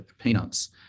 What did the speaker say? peanuts